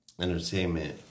Entertainment